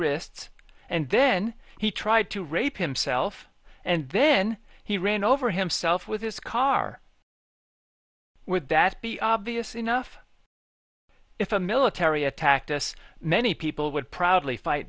wrists and then he tried to rape himself and then he ran over himself with his car with that be obvious enough if a military attack this many people would proudly fight